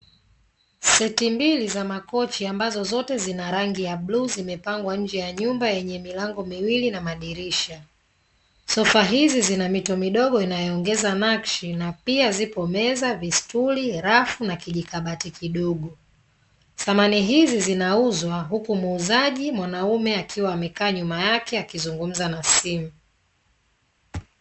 Seti mbili za makochi ambazo zote zina rangi ya bluu, zimepangwa nje ya nyumba yenye milango miwili na madirisha. Sofa hizi zina mito midogo inayoongeza nakshi na pia zipo meza, vistuli, rafu na kijikabati kidogo. Samani hizi zinauzwa huku muuzaji mwanaume akiwa amekaa nyuma yake, akizungumza na simu.